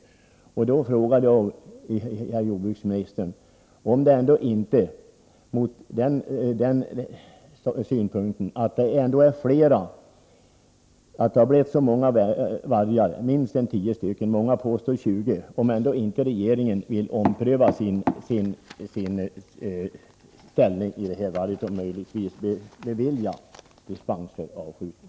Mot denna bakgrund och med hänsyn till att minst 10 vargar — många påstår att det är 20 — finns inom området vill jag fråga jordbruksministern om regeringen ändå inte vill ompröva sitt ställningstagande och bevilja dispens för avskjutning.